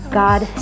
god